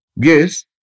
Yes